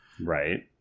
Right